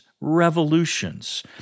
revolutions –